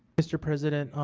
mr. president,